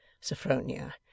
Sophronia